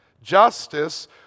Justice